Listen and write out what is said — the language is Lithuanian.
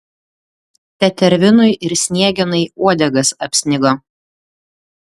tetervinui ir sniegenai uodegas apsnigo